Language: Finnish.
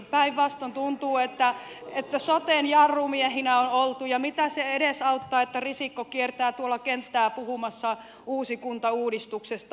päinvastoin tuntuu että soten jarrumiehinä on oltu ja mitä se edesauttaa että risikko kiertää tuolla kenttää puhumassa uudesta kuntauudistuksesta